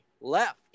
left